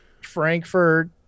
Frankfurt